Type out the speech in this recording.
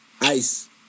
Ice